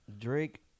drake